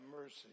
mercy